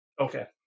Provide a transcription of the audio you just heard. okay